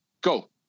Go